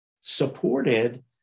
supported